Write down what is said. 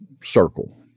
circle